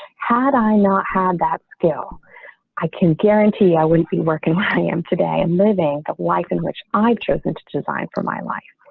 had i not had that skill i can guarantee i wouldn't be working. i am today and living a life in which i chosen to design for my life.